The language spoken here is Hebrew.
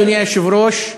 אדוני היושב-ראש,